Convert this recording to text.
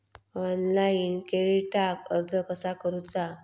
Online क्रेडिटाक अर्ज कसा करुचा?